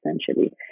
essentially